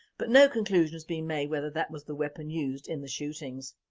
but no conclusion has been made whether that was the weapon used in the shootings.